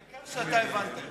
העיקר שאתה הבנת את זה.